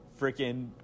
freaking